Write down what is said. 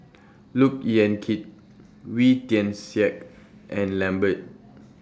Look Yan Kit Wee Tian Siak and Lambert